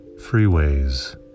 freeways